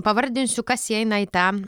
pavardinsiu kas įeina į tą